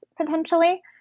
potentially